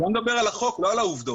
בוא נדבר על החוק ולא על העובדות.